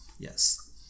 Yes